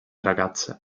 ragazze